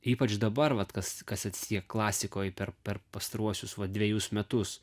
ypač dabar vat kas kas atsi klasikoj per per pastaruosius vat dvejus metus